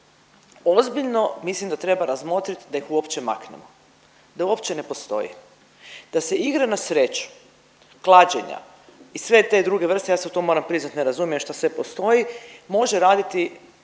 Ozbiljno mislim da treba razmotriti da ih uopće maknemo, da uopće ne postoji, da se igre na sreću, klađenja i sve te druge vrste, ja se u to moram priznat ne razumijem šta sve postoji može raditi